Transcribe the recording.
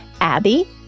Abby